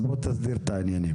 אז בוא תסביר את העניינים.